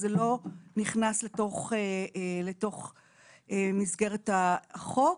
זה לא נכנס לתוך מסגרת החוק.